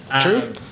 True